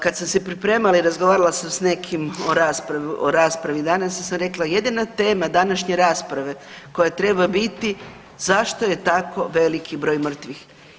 Kad sam se pripremala i razgovarala sam s nekim o raspravi danas i sam rekla, jedina tema današnje rasprave koja treba biti zašto je tako veliki broj mrtvih.